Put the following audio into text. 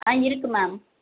ஆ இருக்குது மேம்